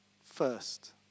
first